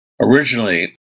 originally